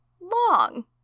long